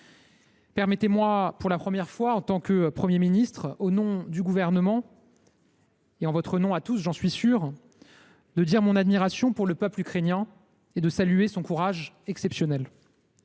Permettez moi, pour la première fois en tant que Premier ministre, au nom du Gouvernement, et en votre nom à tous, j’en suis sûr, de dire mon admiration pour le peuple ukrainien et de saluer son courage exceptionnel.